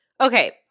okay